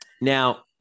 Now